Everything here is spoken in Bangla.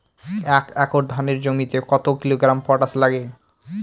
এক একর ধানের জমিতে কত কিলোগ্রাম পটাশ লাগে?